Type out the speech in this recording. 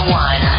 one